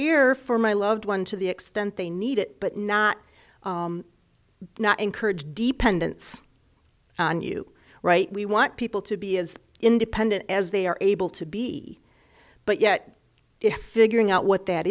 re for my loved one to the extent they need it but not not encourage dependence on you right we want people to be as independent as they are able to be but yet if figuring out what that